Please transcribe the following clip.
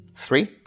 Three